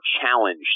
challenged